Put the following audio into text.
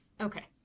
Okay